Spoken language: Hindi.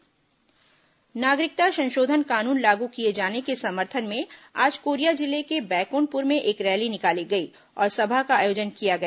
नागरिकता संशोधन कानून रैली नागरिकता संशोधन कानून लागू किए जाने के समर्थन में आज कोरिया जिले के बैकुंठपुर में एक रैली निकाली गई और सभा का आयोजन किया गया